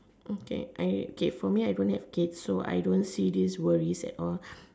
okay I okay for me I don't have kids so I don't see these worries at all